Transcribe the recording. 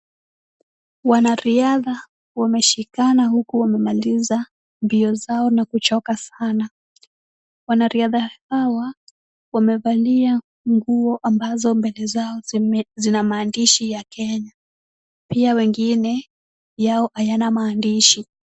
Wanariadha wameshikana huku wamemaliza mbio zao na kuchoka sana. Wanariadha hawa wamevalia nguo ambazo mbele zao zina maandishi ya Kenya. Pia wengine yao hayana maandishi.